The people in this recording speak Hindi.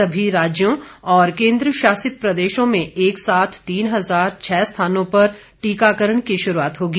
सभी राज्यों और केंद्र शासित प्रदेशों में एक साथ तीन हजार छह स्थानों पर टीकाकरण की शुरूआत होगी